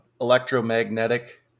electromagnetic